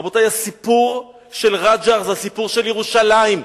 רבותי, הסיפור של רג'ר זה הסיפור של ירושלים.